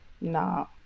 no